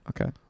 Okay